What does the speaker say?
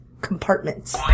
compartments